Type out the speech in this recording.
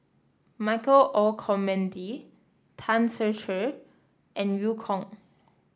Michael Olcomendy Tan Ser Cher and Eu Kong